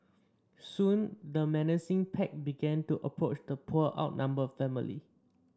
soon the menacing pack began to approach the poor outnumbered family